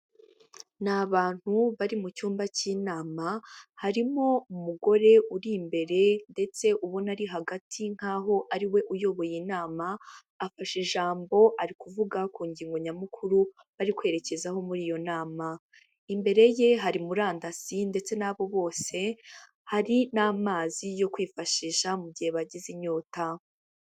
Ni abantu bari mu cyumba cy'inama, harimo umugore uri imbere ndetse ubona ari hagati nk'aho ariwe uyoboye inama, afashe ijambo ari kuvuga ku ngingo nyamukuru bari kwerekezaho muri iyo nama, imbere ye hari murandasi ndetse n'abo bose, hari n'amazi yo kwifashisha mu gihe bagize inyota.